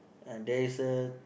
there is a